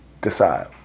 decide